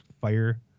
fire